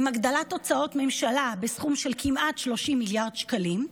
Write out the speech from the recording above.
עם הגדלת הוצאות ממשלה בסכום של כמעט 30 מיליארד שקלים,